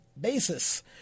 basis